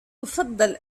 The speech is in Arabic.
أفضل